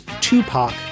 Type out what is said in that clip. Tupac